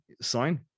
sign